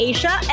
Asia